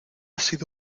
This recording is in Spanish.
sido